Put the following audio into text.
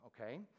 okay